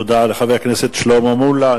תודה לחבר הכנסת שלמה מולה,